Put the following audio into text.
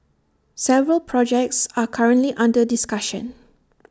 several projects are currently under discussion